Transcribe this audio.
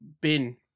bin